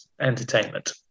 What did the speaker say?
entertainment